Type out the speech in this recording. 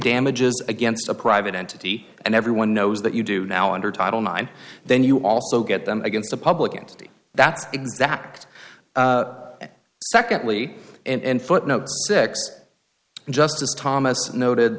damages against a private entity and everyone knows that you do now under title nine then you also get them against a public entity that's exact secondly and footnote six justice thomas noted